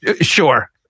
Sure